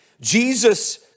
Jesus